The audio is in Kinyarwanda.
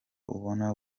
ubona